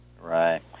right